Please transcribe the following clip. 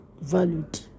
valued